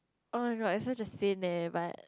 oh-my-god it's such a sin eh but